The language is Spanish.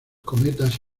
cometas